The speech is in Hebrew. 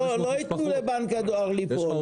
לא יתנו לבנק הדואר ליפול.